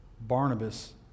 Barnabas